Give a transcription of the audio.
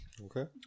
Okay